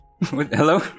Hello